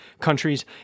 countries